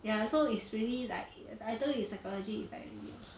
ya so it's really like I told you it's psychology effect